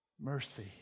Mercy